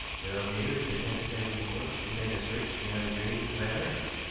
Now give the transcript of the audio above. well, dear, is the ten per cent. reward to make us rich beyond the dreams of avarice?